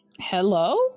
Hello